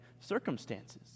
circumstances